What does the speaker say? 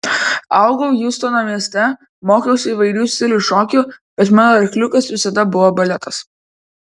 augau hjustono mieste mokiausi įvairių stilių šokių bet mano arkliukas visada buvo baletas